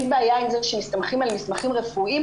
בעיה עם זה שמסתמכים על מסמכים רפואיים,